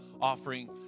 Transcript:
offering